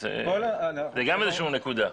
זאת גם נקודה.